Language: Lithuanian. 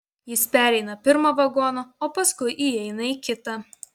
jis pereina pirmą vagoną o paskui įeina į kitą